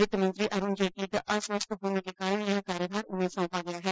वित्त मंत्री अरुण जेटली के अस्वस्थ होने के कारण यह कार्यभार उन्हें सौंपा गया है